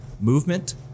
movement